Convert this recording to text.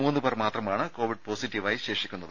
മൂന്നു പേർ മാത്രമാണ് കോവിഡ് പോസിറ്റീവായി ശേഷിക്കുന്നത്